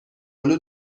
آلو